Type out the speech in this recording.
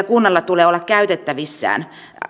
kunnalla tulee olla käytettävissään